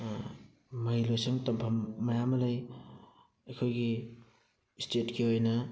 ꯃꯍꯩꯂꯣꯏꯁꯪ ꯇꯝꯐꯝ ꯃꯌꯥꯝ ꯑꯃ ꯂꯩ ꯑꯩꯈꯣꯏꯒꯤ ꯏꯁꯇꯦꯠꯀꯤ ꯑꯣꯏꯅ